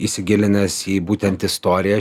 įsigilinęs į būtent istoriją